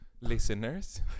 listeners